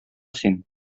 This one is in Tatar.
син